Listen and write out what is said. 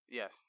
Yes